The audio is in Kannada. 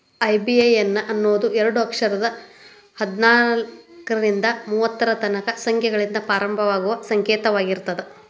ಐ.ಬಿ.ಎ.ಎನ್ ಅನ್ನೋದು ಎರಡ ಅಕ್ಷರದ್ ಹದ್ನಾಲ್ಕ್ರಿಂದಾ ಮೂವತ್ತರ ತನಕಾ ಸಂಖ್ಯೆಗಳಿಂದ ಪ್ರಾರಂಭವಾಗುವ ಸಂಕೇತವಾಗಿರ್ತದ